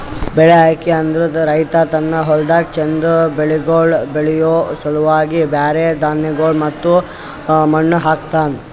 ಬೆಳಿ ಆಯ್ಕೆ ಅಂದುರ್ ರೈತ ತನ್ನ ಹೊಲ್ದಾಗ್ ಚಂದ್ ಬೆಳಿಗೊಳ್ ಬೆಳಿಯೋ ಸಲುವಾಗಿ ಬ್ಯಾರೆ ಧಾನ್ಯಗೊಳ್ ಮತ್ತ ಮಣ್ಣ ಹಾಕ್ತನ್